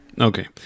Okay